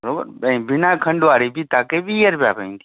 बरोबरु ऐं बिना खंडु वारी बि तव्हांखे वीह रुपया पवंदी